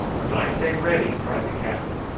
when i say ready, cried the captain,